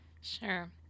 Sure